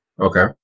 Okay